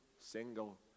single